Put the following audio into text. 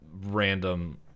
Random